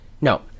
no